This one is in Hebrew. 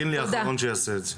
קינלי האחרון שיעשה את זה.